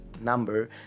number